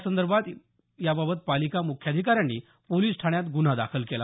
संदर्भात याबाबत पालिका मुख्याधिकाऱ्यांनी पोलिस ठाण्यात गुन्हा दाखल केला